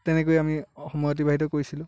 তেনেকৈয়ে আমি সময় অতিবাহিত কৰিছিলোঁ